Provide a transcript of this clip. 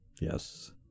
Yes